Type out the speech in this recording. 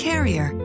Carrier